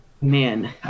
man